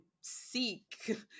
seek